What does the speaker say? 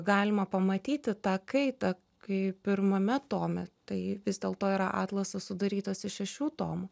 galima pamatyti tą kaitą kai pirmame tome tai vis dėlto yra atlasas sudarytas iš šešių tomų